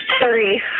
Three